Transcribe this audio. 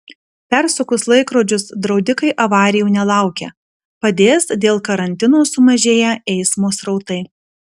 persukus laikrodžius draudikai avarijų nelaukia padės dėl karantino sumažėję eismo srautai